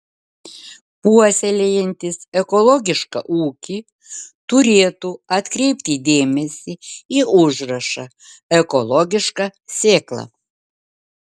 puoselėjantys ekologišką ūkį turėtų atkreipti dėmesį į užrašą ekologiška sėkla